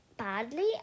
badly